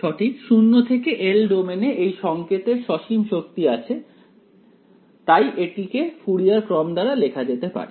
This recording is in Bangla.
সঠিক 0 থেকে l ডোমেইনে এই সংকেতের সসীম শক্তি আছে তাই এটিকে ফুরিয়ার ক্রম দ্বারা লেখা যেতে পারে